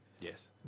Yes